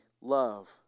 love